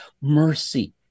mercy